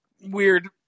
weird